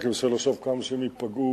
רק לחשוב כמה ייפגעו